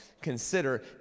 consider